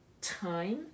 time